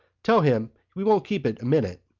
tell him we won't keep it a minute.